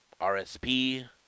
RSP